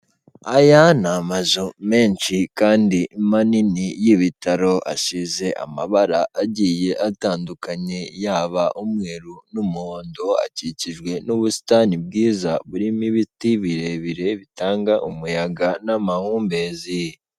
Aya ni amazu menshi kandi manini y'ibitaro, asize amabara agiye atandukanye yaba umweru n'umuhondo, akikijwe n'ubusitani bwiza burimo ibiti birebire bitanga umuyaga n'amahumbezi.